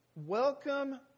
Welcome